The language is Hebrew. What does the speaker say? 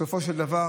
בסופו של דבר